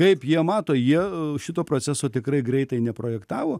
kaip jie mato jie šito proceso tikrai greitai neprojektavo